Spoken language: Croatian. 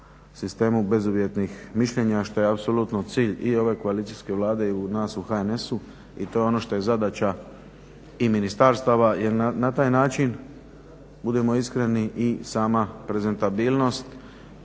sistemu bezuvjetnih mišljenja što je apsolutno cilj i ove koalicijske Vlade i nas u HNS-u i to je ono što je zadaća i ministarstava. Jer na taj način budimo iskreni i sama prezentabilnost